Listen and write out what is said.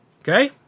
okay